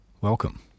Welcome